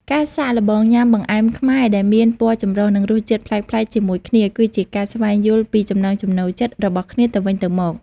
ការសាកល្បងញ៉ាំបង្អែមខ្មែរដែលមានពណ៌ចម្រុះ និងរសជាតិប្លែកៗជាមួយគ្នា គឺជាការស្វែងយល់ពីចំណង់ចំណូលចិត្តរបស់គ្នាទៅវិញទៅមក។